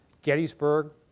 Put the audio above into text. gettysburg,